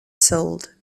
sold